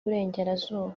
burengerazuba